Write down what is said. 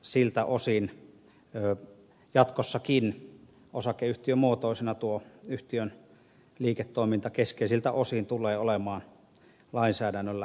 siltä osin jatkossakin osakeyhtiömuotoisena tuo yhtiön liiketoiminta keskeisiltä osin tulee olemaan lainsäädännöllä säädeltyä